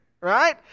Right